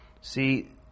See